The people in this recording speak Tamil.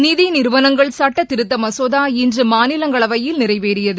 நிதிநிறுவனங்கள் சட்டத் திருத்தமசோதா இன்றுமாநிலங்களவையில் நிறைவேறியது